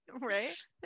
Right